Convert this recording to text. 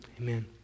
Amen